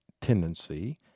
tendency